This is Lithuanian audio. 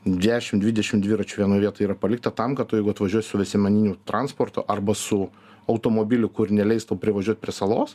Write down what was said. dešim dvidešim dviračių vienoj vietoj yra palikta tam kad tu jeigu atvažiuosi visuomeniniu transportu arba su automobiliu kur neleis tau privažiuot prie salos